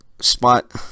spot